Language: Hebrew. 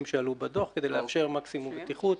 שעלו בדוח כדי לאפשר מקסימום בטיחות,